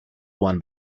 won